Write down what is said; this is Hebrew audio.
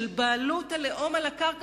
של בעלות הלאום על הקרקע,